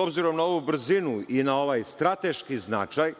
obzirom na ovu brzinu i na ovaj strateški značaj